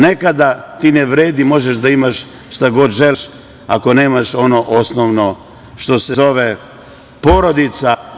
Nekada ti ne vredi, možeš da imaš šta god želiš, ako nemaš ono osnovno što se zove porodica.